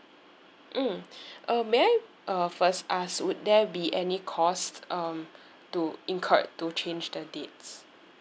mm uh may I uh first ask would there be any cost um to incurred to change the dates